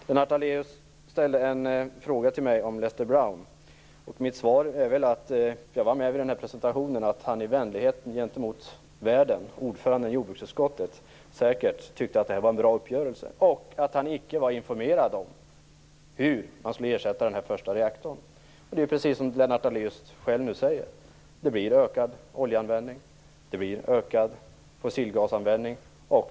Lennart Daléus ställde en fråga till mig om Lester Brown. Mitt svar är att jag var med vid presentationen och uppfattade det som att han av vänlighet mot värden, ordföranden i jordbruksutskottet, säkert tyckte att det var en bra uppgörelse. Men han var inte informerad om hur man skulle ersätta den första reaktorn. Det är precis som Lennart Daléus själv nu säger - det blir ökad oljeanvändning och det blir ökad fossilgasanvändning.